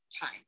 time